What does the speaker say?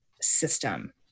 system